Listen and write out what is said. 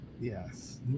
Yes